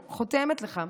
אני חותמת לך.